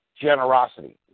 generosity